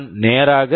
நான் நேராக பி